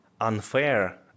unfair